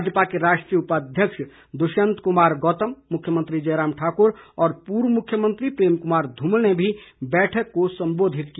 भाजपा के राष्ट्रीय उपाध्यक्ष दृष्यंत कुमार गौतम मुख्यमंत्री जयराम ठाकुर और पूर्व मुख्यमंत्री प्रेम कुमार धूमल ने भी बैठक को संबोधित किया